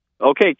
Okay